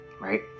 right